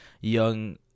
Young